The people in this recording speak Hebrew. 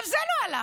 גם זה לא הלך,